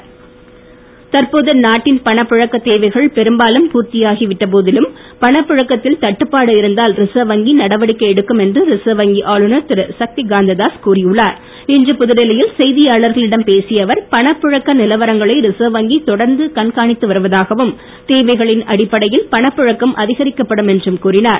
reserve வங்கி தற்போது நாட்டின் பணப்புழக்கத் தேவைகள் பெரும்பாலும் பூர்த்தியாகி விட்ட போதிலும் பணப் புழகத்தில் தட்டுப்பாடு இருந்தால் ரிசர்வ் வங்கி நடவடிக்கை எடுக்கும் என்று ரிசர்வ் வங்கி ஆளுநர் திரு சக்திகாந்த தாஸ் செய்தியாளர்களிடம் பேசிய அவர் பணப் புழக்க நிலவரங்களை ரிசர்வ் வங்கி தொடர்ந்து கண்காணித்து வருவதாகவும் தேவைகளின் அடிப்படையில் பணப்புழக்கம் அதிகரிக்கப்படும் என்றும் கூறினார்